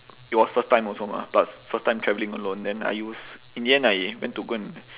it was first time also mah plus first time travelling alone then I use in the end I went to go and